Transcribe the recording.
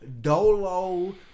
dolo